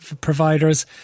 providers